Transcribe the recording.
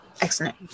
Excellent